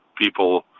people